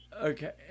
Okay